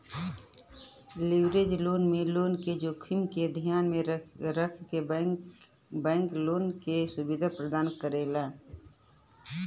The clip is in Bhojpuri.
लिवरेज लोन में लोन क जोखिम क ध्यान में रखके बैंक लोन क सुविधा प्रदान करेला